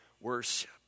worship